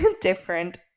different